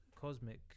cosmic